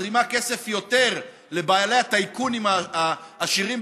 מזרימה כסף יותר לבעלי הטייקונים העשירים